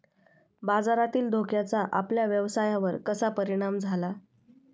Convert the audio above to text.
बाजारातील धोक्याचा आपल्या व्यवसायावर कसा परिणाम झाला?